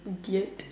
idiot